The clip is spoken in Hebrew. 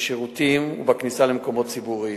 בשירותים ובכניסה למקומות ציבוריים.